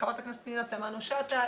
חברת הכנסת פנינה תמנו שאטה,